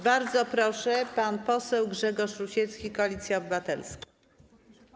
Bardzo proszę, pan poseł Grzegorz Rusiecki, Koalicja Obywatelska.